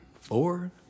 Four